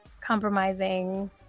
compromising